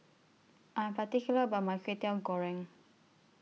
I'm particular about My Kwetiau Goreng